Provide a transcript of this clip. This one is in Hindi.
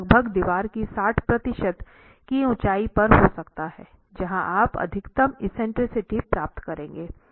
यह लगभग दीवार की साठ प्रतिशत की ऊंचाई पर हो सकता है जहां आप अधिकतम एक्सेंट्रिसिटी प्राप्त करेंगे